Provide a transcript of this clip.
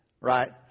Right